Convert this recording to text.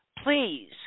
Please